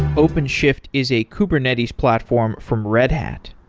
openshift is a kubernetes platform from red hat.